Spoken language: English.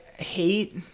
hate